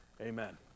Amen